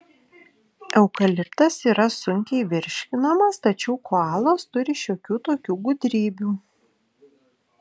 eukaliptas yra sunkiai virškinamas tačiau koalos turi šiokių tokių gudrybių